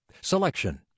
Selection